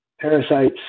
parasites